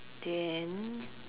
then